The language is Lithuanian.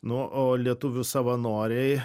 nu o lietuvių savanoriai